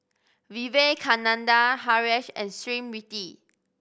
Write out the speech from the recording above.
Vivekananda Haresh and Smriti